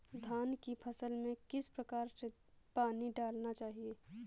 धान की फसल में किस प्रकार से पानी डालना चाहिए?